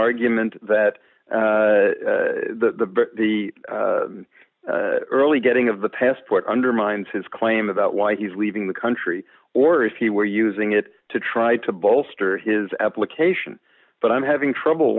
argument that the the early getting of the passport undermines his claim about why he's leaving the country or if he were using it to try to bolster his application but i'm having trouble